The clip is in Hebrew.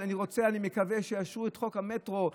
אני מקווה שיאשרו את חוק המטרו,